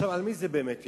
על מי זה באמת יחול?